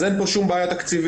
אז אין פה שום בעיה תקציבית.